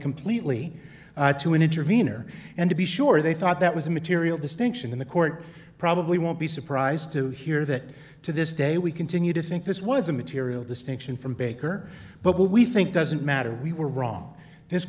completely to an intervenor and to be sure they thought that was a material distinction in the court probably won't be surprised to hear that to this day we continue to think this was a material distinction from baker but what we think doesn't matter we were wrong this